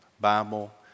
Bible